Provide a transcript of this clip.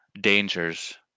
dangers